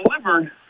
delivered